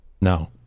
No